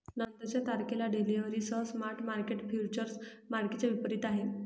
नंतरच्या तारखेला डिलिव्हरीसह स्पॉट मार्केट फ्युचर्स मार्केटच्या विपरीत आहे